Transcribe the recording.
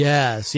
Yes